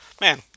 Man